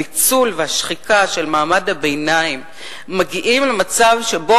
הניצול והשחיקה של מעמד הביניים מביאים למצב שבו